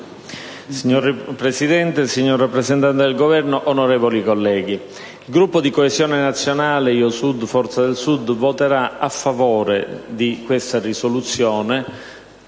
Signor Presidente, signor rappresentante del Governo, onorevoli colleghi, il Gruppo Coesione Nazionale-Io Sud-Forza del Sud voterà a favore della proposta di risoluzione,